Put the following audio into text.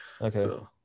Okay